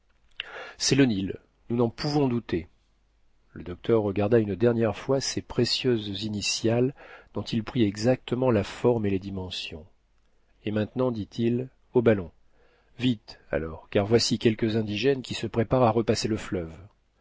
c'est le nil nous n'en pouvons douter le docteur regarda une dernière fois ces précieuses initiales dont il prit exactement la forme et les dimensions et maintenant dit-il au ballon vite alors car voici quelques indigènes qui se préparent à repasser le fleuve